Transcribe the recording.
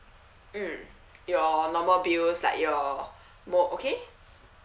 mm your normal bills like your okay